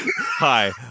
Hi